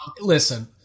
Listen